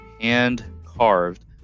hand-carved